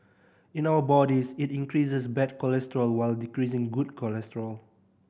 in our bodies it increases bad cholesterol while decreasing good cholesterol